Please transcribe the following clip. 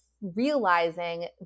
realizing